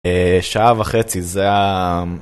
אה... שעה וחצי זה ה...